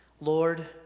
Lord